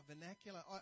vernacular